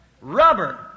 Rubber